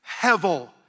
hevel